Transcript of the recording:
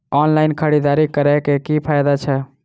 Online खरीददारी करै केँ की फायदा छै?